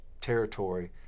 territory